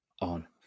on